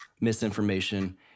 misinformation